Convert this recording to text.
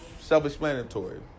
self-explanatory